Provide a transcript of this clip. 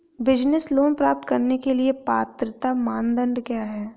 Business loan प्राप्त करने के लिए पात्रता मानदंड क्या हैं?